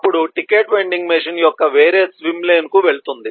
అప్పుడు ticket vending machine యొక్క వేరే స్విమ్ లేన్ కు వెళుతుంది